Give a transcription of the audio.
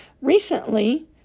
Recently